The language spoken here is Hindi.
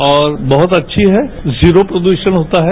और बहुत अच्छी है जीरो प्रदूषण होता है